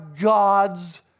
God's